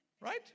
Right